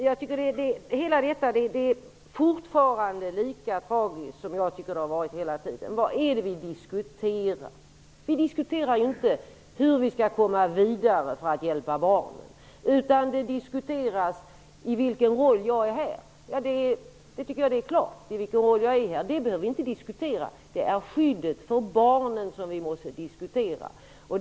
Detta är fortfarande lika tragiskt. Jag tycker att det har varit det hela tiden. Vad är det vi diskuterar? Vi diskuterar inte hur vi skall komma vidare för att hjälpa barnen, utan i vilken roll jag är här. Jag tycker att det är helt klart i vilken roll jag är här. Det behöver vi inte diskutera. Det är skyddet för barnen som vi måste diskutera.